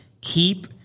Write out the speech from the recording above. Keep